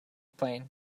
playing